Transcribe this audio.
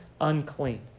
unclean